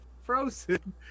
frozen